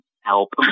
help